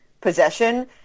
possession